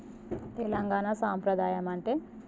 తెలంగాణ సాంప్రదాయం అంటే